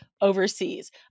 overseas